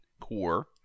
Core